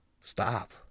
stop